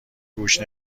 گوش